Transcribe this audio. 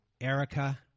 Erica